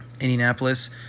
Indianapolis